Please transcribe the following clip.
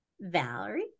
Valerie